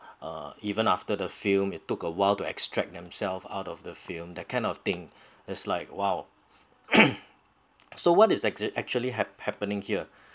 uh even after the film it took a while to extract themselves out of the film that kind of thing is like !wow! so what is exac~ actually had hap~ happening here